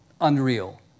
unreal